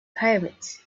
pyramids